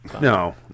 no